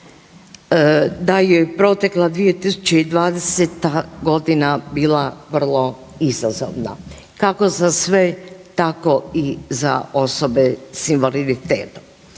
da je protekla 2020. godina bila vrlo izazovna, kako za sve tako i za osobe sa invaliditetom.